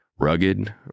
Rugged